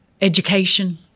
education